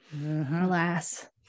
alas